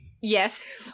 Yes